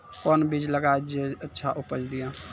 कोंन बीज लगैय जे अच्छा उपज दिये?